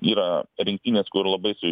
yra rinktinės kur labai su